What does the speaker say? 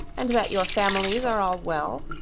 and that your families are all well?